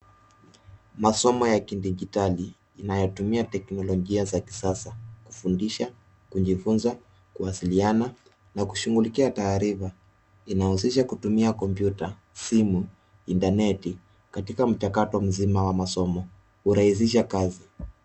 Masomo ya kidijitali inayotumia teknolojia za kisasa kufundisha, kujifunza, kuwasiliana na kushugulikia taarifa. Inawezesha kutumia kompyuta, simu, inaterneti, katika mchakato mzima wa masomo kurahisisha kazi.